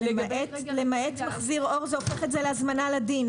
אבל למעט מחזיר אור זה הופך את זה להזמנה לדין.